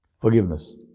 forgiveness